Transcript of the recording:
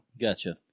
Gotcha